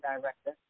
director